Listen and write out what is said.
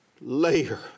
layer